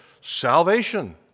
salvation